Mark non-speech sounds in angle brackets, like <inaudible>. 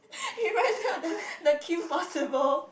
<laughs> he reminds me of the <laughs> the Kim Possible